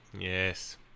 Yes